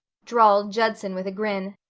drawled judson with a grin,